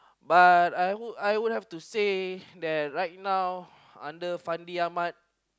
but I hope I would have to say that right now under Fandi-Ahmad